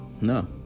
no